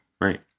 Right